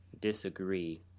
disagree